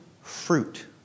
fruit